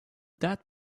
that